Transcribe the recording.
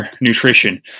nutrition